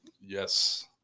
Yes